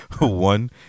one